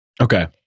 Okay